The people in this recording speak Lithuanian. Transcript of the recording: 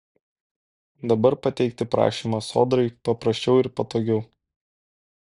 dabar pateikti prašymą sodrai paprasčiau ir patogiau